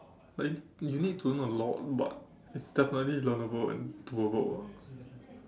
like you need you need to know a lot but it's definitely learnable and doable ah